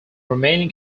remaining